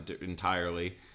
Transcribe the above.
entirely